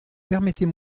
permettez